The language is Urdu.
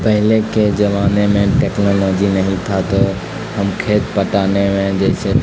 پہلے کے زمانے میں ٹیکنالوجی نہیں تھا تو ہم کھیت پٹانے میں جیسے